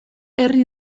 herri